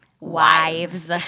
Wives